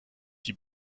die